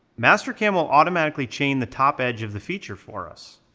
mastercam will automatically chain the top edge of the feature for us.